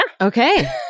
Okay